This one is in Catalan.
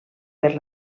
per